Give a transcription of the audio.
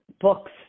books